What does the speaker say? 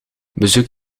bezoek